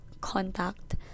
contact